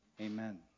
Amen